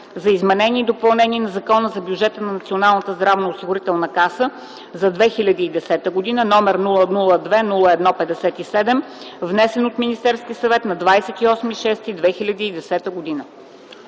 за изменение и допълнение на Закона за бюджета на Националната здравноосигурителна каса за 2010 г., № 002-01-57, внесен от Министерския съвет на 28 юни 2010 г.”